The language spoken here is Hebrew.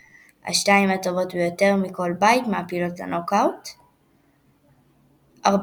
ובהמשך אף הציע הרחבה ל-48 נבחרות.